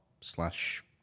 slash